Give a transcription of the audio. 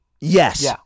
Yes